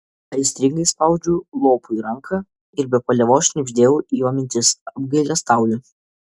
aistringai spaudžiau lopui ranką ir be paliovos šnibždėjau į jo mintis apgailestauju